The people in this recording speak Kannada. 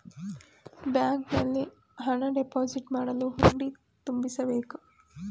ಬ್ಯಾಂಕಿನಲ್ಲಿ ಹಣ ಡೆಪೋಸಿಟ್ ಮಾಡಲು ಹುಂಡಿ ತುಂಬಿಸಬೇಕು